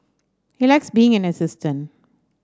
he likes being an assistant